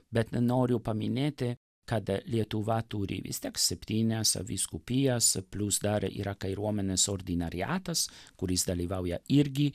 bet noriu paminėti kad lietuva turi vis tiek septynias vyskupijas plius dar yra kariuomenės ordinariatas kuris dalyvauja irgi